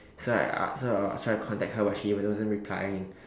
so I I so I was trying to contact her but she wasn't replying